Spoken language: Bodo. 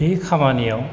बे खामानियाव